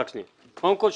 קודם כל,